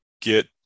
get